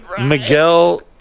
miguel